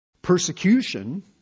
Persecution